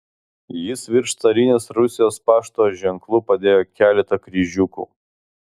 jis virš carinės rusijos pašto ženklų padėjo keletą kryžiukų